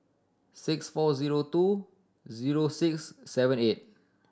six four zero two zero six seven six